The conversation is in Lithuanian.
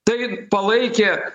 tai palaikė